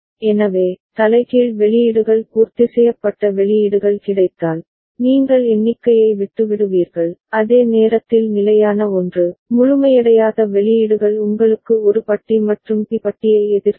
எனவே தலைகீழ் வெளியீடுகள் பூர்த்திசெய்யப்பட்ட வெளியீடுகள் கிடைத்தால் நீங்கள் எண்ணிக்கையை விட்டுவிடுவீர்கள் அதே நேரத்தில் நிலையான ஒன்று முழுமையடையாத வெளியீடுகள் உங்களுக்கு ஒரு பட்டி மற்றும் பி பட்டியை எதிர் தரும்